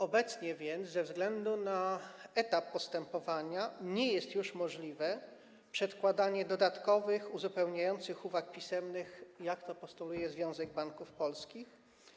Obecnie więc, ze względu na etap postępowania, nie jest już możliwe przedkładanie dodatkowych, uzupełniających uwag pisemnych, jak to postuluje Związek Banków Polskich.